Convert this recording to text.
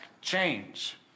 change